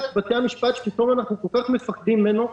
לבתי המשפט שפתאום אנחנו כל כך מפחדים ממנו.